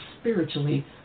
spiritually